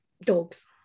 Dogs